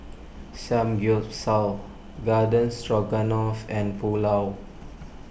Samgyeopsal Garden Stroganoff and Pulao